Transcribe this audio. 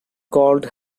called